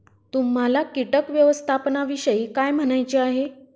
तुम्हाला किटक व्यवस्थापनाविषयी काय म्हणायचे आहे?